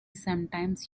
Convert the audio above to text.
sometimes